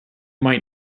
might